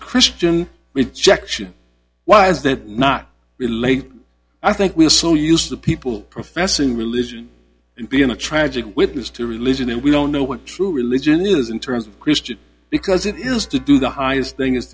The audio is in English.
christian rejection why is that not related i think we are so used to people professing religion and being a tragic witness to religion and we don't know what true religion is in terms of christian because it is to do the highest thing is